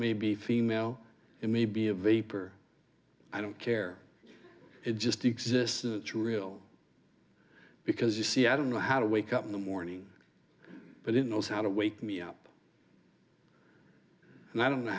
may be female it may be a vapor i don't care it just exists too real because you see i don't know how to wake up in the morning but in knows how to wake me up and i don't know